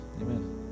Amen